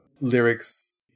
lyrics